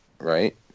right